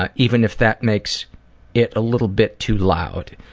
ah even if that makes it a little bit too loud.